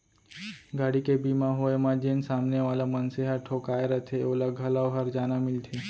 गाड़ी के बीमा होय म जेन सामने वाला मनसे ह ठोंकाय रथे ओला घलौ हरजाना मिलथे